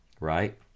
right